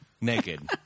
naked